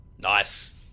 Nice